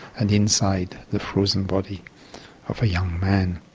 and inside the frozen body of a young man.